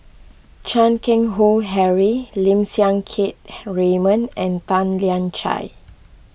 Chan Keng Howe Harry Lim Siang Keat Raymond and Tan Lian Chye